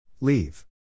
Leave